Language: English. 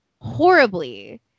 horribly